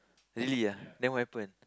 really ah then what happen